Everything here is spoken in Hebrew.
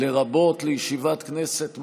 לרבות לישיבת כנסת מחר,